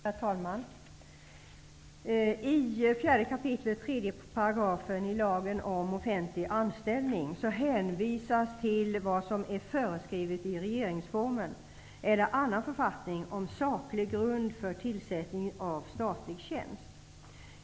Herr talman! I 4 kap. 3 § lagen om offentlig anställning hänvisas till vad som är föreskrivet i regeringsformen eller annan författning om saklig grund för tillsättning av statlig tjänst.